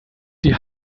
die